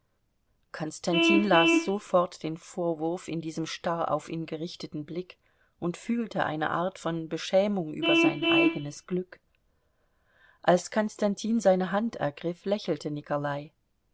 konstantin las sofort den vorwurf in diesem starr auf ihn gerichteten blick und fühlte eine art von beschämung über sein eigenes glück als konstantin seine hand ergriff lächelte nikolai